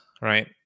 right